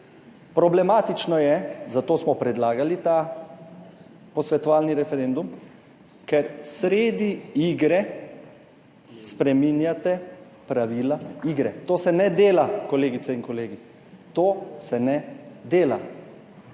Problematično je, zato smo predlagali ta posvetovalni referendum, ker sredi igre spreminjate pravila igre. To se ne dela, kolegice in kolegi. To se ne dela.